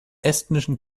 estnischen